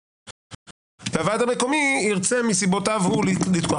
והוועד המקומי ירצה מסיבותיו הוא לתקוע.